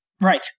Right